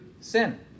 sin